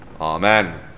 Amen